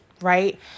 right